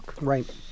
Right